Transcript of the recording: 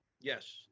Yes